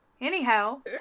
Anyhow